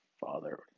father